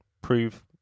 prove